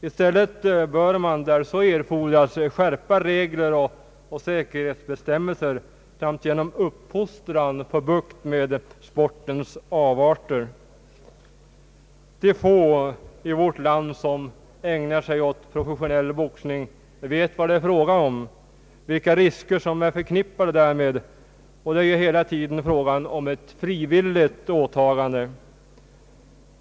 I stället bör man där så erfordras skärpa regler och säkerhetsbestämmelser samt genom uppfostran få bukt med sportens avarter. De få i vårt land som ägnar sig åt professionell boxning vet vad det är fråga om, vilka risker som är förknippade därmed, och det är hela tiden fråga om ett frivilligt åtagande.